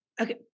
Okay